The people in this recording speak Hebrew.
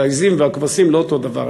העזים והכבשים זה לא אותו דבר,